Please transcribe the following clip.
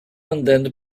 andando